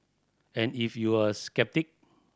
and if you're a sceptic